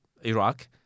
Iraq